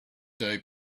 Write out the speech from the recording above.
day